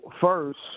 first